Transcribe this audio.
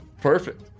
Perfect